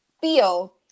feel